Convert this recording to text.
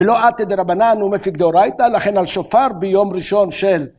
לא עתד רבנן ומפיק דורייטה, לכן על שופר ביום ראשון של.